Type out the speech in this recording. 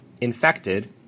infected